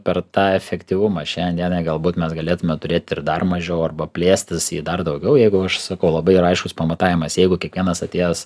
per tą efektyvumą šiandien dienai galbūt mes galėtume turėti ir dar mažiau arba plėstis į dar daugiau jeigu aš sakau labai yra aiškus pamatavimas jeigu kiekvienas atėjęs